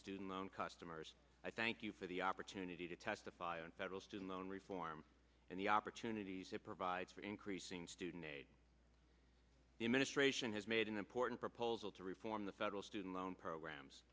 student loan customers i thank you for the opportunity to testify on federal student loan reform and the opportunities it provides for increasing student aid the administration has made an important proposal to reform the federal student loan programs